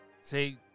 See